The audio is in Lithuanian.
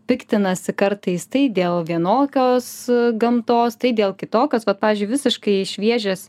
piktinasi kartais tai dėl vienokios gamtos tai dėl kitokios vat pavyzdžiui visiškai šviežias